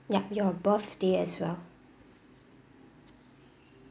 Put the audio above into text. yup your birthday as well